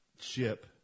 ship